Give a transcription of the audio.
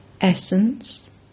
Essence